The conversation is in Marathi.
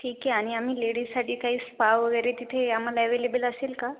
ठीक आहे आणि आम्ही लेडीजसाठी काही स् स्पा वगैरे तिथे आम्हाला ॲवेलेबल असेल का